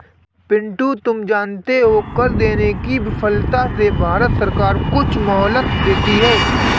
पिंटू तुम जानते हो कर देने की विफलता से भारत सरकार कुछ मोहलत देती है